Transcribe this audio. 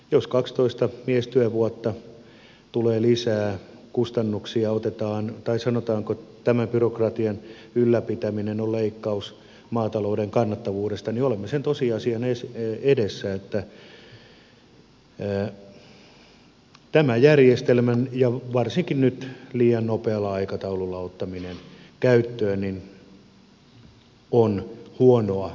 jos kaksitoista miestyövuotta tulee lisää kustannuksia otetaan tai sanotaanko tämän byrokratian ylläpitäminen on leikkaus maatalouden kannattavuudesta niin olemme sen tosiasian edessä että tämän järjestelmän varsinkin nyt liian nopealla aikataululla ottaminen käyttöön on huonoa hallintoa